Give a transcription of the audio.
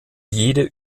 jede